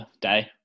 day